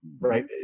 right